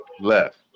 left